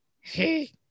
Hey